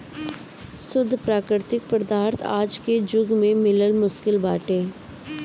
शुद्ध प्राकृतिक पदार्थ आज के जुग में मिलल मुश्किल बाटे